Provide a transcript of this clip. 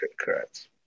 Correct